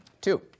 Two